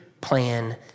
plan